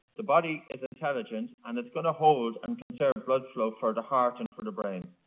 the body is intelligent and it's gonna hold and conserve blood flow for the heart and for the brain.